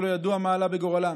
ולא ידוע מה עלה בגורלם.